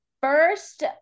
first